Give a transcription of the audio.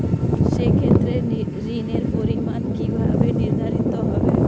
সে ক্ষেত্রে ঋণের পরিমাণ কিভাবে নির্ধারিত হবে?